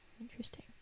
interesting